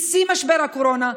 בשיא משבר הקורונה,